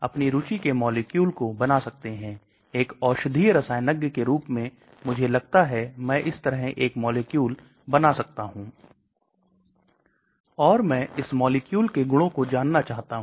तो यह घुलने की दर में सुधार के लिए कुछ नहीं किया है जैसे मैंने कहा कि घुलना kinetic है जबकि घुलनशीलता ज्यादा thermodynamic हो सकती है